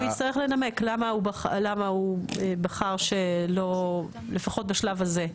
הוא יצטרך לנמק למה הוא בחר שלא לפחות בשלב הזה.